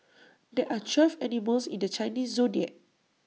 there are twelve animals in the Chinese Zodiac